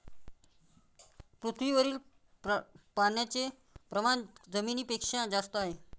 पृथ्वीवरील पाण्याचे प्रमाण जमिनीपेक्षा जास्त आहे